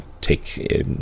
take